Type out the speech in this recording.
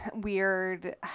weird